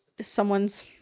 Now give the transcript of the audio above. someone's